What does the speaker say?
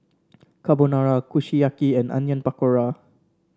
Carbonara Kushiyaki and Onion Pakora